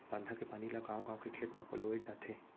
बांधा के पानी ल गाँव गाँव के खेत म पलोए जाथे